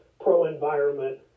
pro-environment